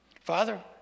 Father